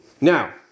Now